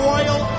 Royal